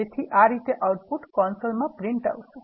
તેથી આ રીતે આઉટપુટ કન્સોલમાં પ્રિન્ટ આવશે